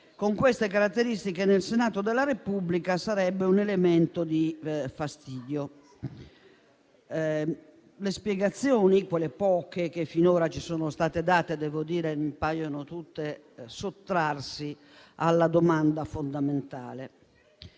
con queste caratteristiche nel Senato della Repubblica, sarebbe un elemento di fastidio. Le spiegazioni, quelle poche che finora ci sono state date, mi paiono tutte sottrarsi alla domanda fondamentale.